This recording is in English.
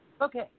Okay